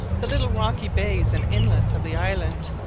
the little rocky bays and inlets of the island,